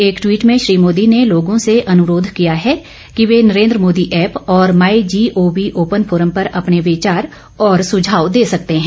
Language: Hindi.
एक ट्वीट में श्री मोदी ने लोगों से अनुरोध किया है कि वे नरेन्द्र मोदी ऐप और my G O V open forum पर अपने विचार और सुझाव दे सकते हैं